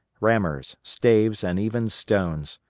rammers, staves, and even stones.